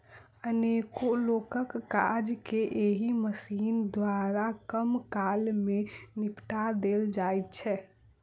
अनेको लोकक काज के एहि मशीन द्वारा कम काल मे निपटा देल जाइत छै